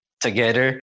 together